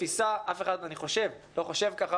אף אחד לא חושב כך